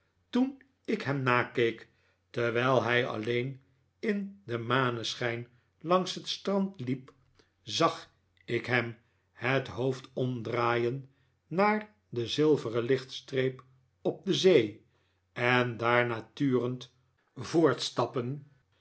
toen ik hem nakeek terwijl hij alleen in den maneschijn langs het strand hep zag ik hem het hoofd omdraaien naar de zilveren lichtstreep op de zee en daarna turend voortstappen